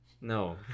No